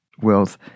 Wealth